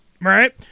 right